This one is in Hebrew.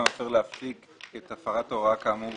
המפר להפסיק את הפרת ההוראה כאמור